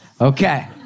Okay